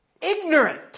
ignorant